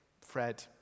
Fred